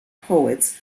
poets